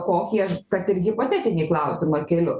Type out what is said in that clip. kokį aš kad ir hipotetinį klausimą keliu